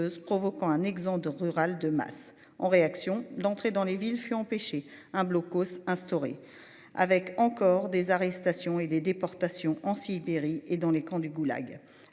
provoquant un exode rurale de masse en réaction d'entrer dans les villes fut empêché un blockhaus instauré avec encore des arrestations et des déportations en Sibérie et dans les camps du goulag,